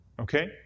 Okay